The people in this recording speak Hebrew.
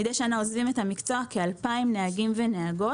מידי שנה עוזבים את המקצוע כ-2,000 נהגים ונהגות.